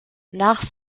nach